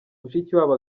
mushikiwabo